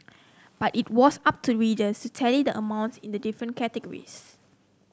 but it was up to readers to tally the amounts in the different categories